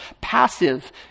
passive